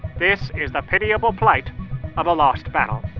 this is a pitiable plight of a lost battle